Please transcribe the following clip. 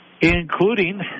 Including